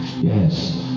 Yes